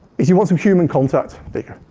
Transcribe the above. is you want some human contact. there